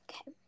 okay